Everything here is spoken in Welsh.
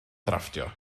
drafftio